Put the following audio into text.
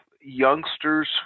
youngsters